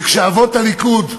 וכשאבות הליכוד,